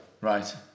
Right